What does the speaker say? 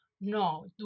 no